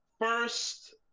first